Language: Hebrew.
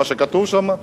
מה שכתוב שם,